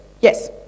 yes